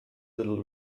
little